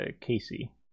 casey